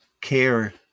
care